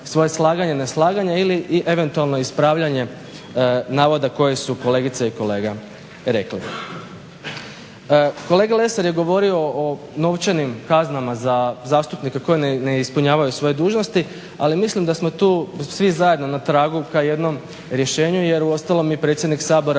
svoje slaganje, neslaganje ili/i eventualno ispravljanje navoda koje su kolegice i kolege rekli. Kolega Lesar je govorio o novčanim kaznama za zastupnike koji ne ispunjavaju svoje dužnosti ali mislim da smo tu svi zajedno na tragu ka jednom rješenju. Jer uostalom i predsjednik Sabora